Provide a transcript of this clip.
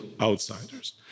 outsiders